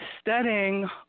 studying